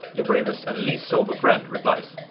your bravest and least sober friend replies.